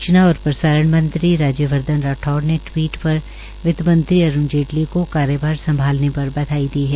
सूचना और प्रसारण मंत्री राज्यवर्धन राठौर ने टवीट पर वित्तमंत्री अरूण जेटली को कार्यभार संभालने पर बधाई दी है